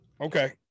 Okay